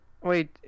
Wait